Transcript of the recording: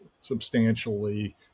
substantially